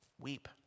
weep